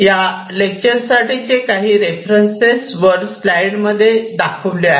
या लेक्चर साठीचे रेफरन्सेस अशाप्रकारे आहेत